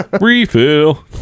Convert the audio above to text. refill